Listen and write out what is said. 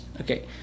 Okay